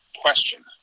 question